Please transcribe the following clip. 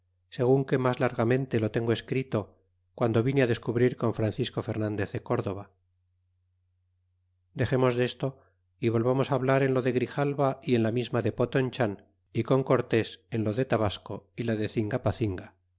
segun que mas largamente lo tengo escrito guando vine descubrir con francisco fernandez de c n dova dexemos desto y volvamos hablar en lo de grijalva y en la misma de potonchan y con cortés en a lo de tabasco y la de cingapacinga